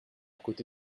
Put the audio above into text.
côté